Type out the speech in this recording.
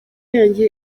yanjye